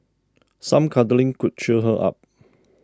some cuddling could cheer her up